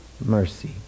mercy